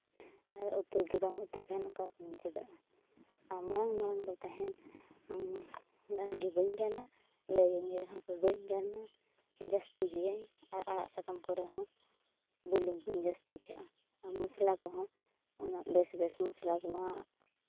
ᱟᱨ ᱩᱛᱩ ᱜᱮᱵᱟᱢ ᱩᱛᱩᱭ ᱠᱷᱟᱱ ᱚᱠᱟ ᱠᱷᱚᱱᱮᱢ ᱪᱮᱫᱚᱜᱼᱟ ᱟᱨ ᱢᱟᱲᱟᱝ ᱢᱟᱲᱟᱝ ᱫᱚ ᱛᱟᱦᱮᱱ ᱜᱟᱱᱜᱮ ᱵᱟᱹᱧ ᱜᱟᱱᱟ ᱞᱟᱹᱭᱟᱹᱧ ᱨᱮᱦᱚᱸ ᱠᱚ ᱵᱟᱹᱧ ᱜᱟᱱᱟ ᱡᱟᱹᱥᱛᱤ ᱜᱤᱭᱟᱹᱧ ᱟᱨ ᱟᱲᱟᱜ ᱥᱟᱠᱟᱢ ᱠᱚᱨᱮᱦᱚᱸ ᱵᱩᱞᱩᱝ ᱠᱚᱧ ᱡᱟᱹᱥᱛᱤ ᱠᱟᱜᱼᱟ ᱟᱨ ᱢᱚᱥᱞᱟ ᱠᱚᱦᱚᱸ ᱩᱱᱟᱹᱜ ᱵᱮᱥ ᱵᱮᱥ ᱢᱚᱥᱞᱟ ᱠᱚᱢᱟ